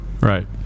Right